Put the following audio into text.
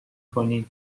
کنی